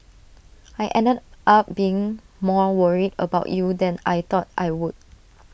I ended up being more worried about you than I thought I would